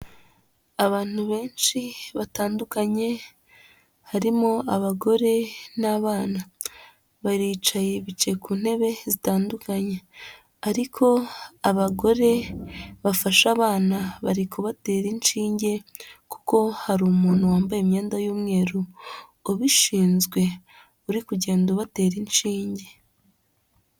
Abantu benshi batandukanye harimo abagore n'abana, baricaye bicaye ku ntebe zitandukanye. Ariko abagore bafashe abana, bari kubatera inshinge kuko hari umuntu wambaye imyenda y'umweru ubishinzwe, uri kugenda ubatera inshinge.